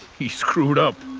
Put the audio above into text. he screwed up.